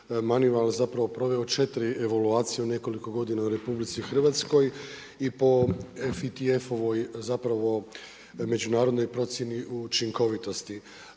Moneyval zapravo proveo četiri evaluacije u nekoliko godina u RH i po … zapravo međunarodnoj procjeni učinkovitosti.